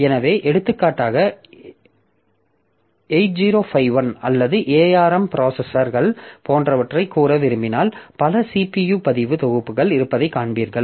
எனவே எடுத்துக்காட்டாக 8051 அல்லது ARM ப்ராசசர்கள் போன்றவற்றைக் கூற விரும்பினால் பல CPU பதிவு தொகுப்புகள் இருப்பதைக் காண்பீர்கள்